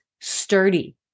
sturdy